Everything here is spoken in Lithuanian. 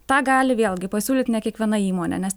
tą gali vėlgi pasiūlyt ne kiekviena įmonė nes